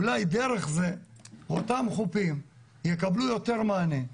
אולי דרך זה אותם חופים יקבלו יותר מענה,